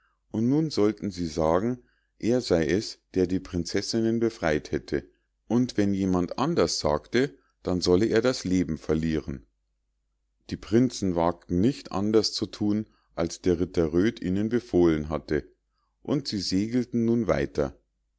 und nun sollten sie sagen er sei es der die prinzessinnen befrei't hätte und wenn jemand anders sagte dann solle er das leben verlieren die prinzen wagten nicht anders zu thun als der ritter röd ihnen befohlen hatte und sie segelten nun weiter